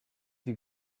have